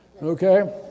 Okay